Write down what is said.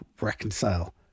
reconcile